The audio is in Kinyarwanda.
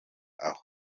aho